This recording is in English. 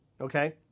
okay